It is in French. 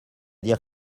dire